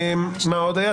מה עוד היה?